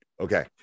Okay